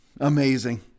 Amazing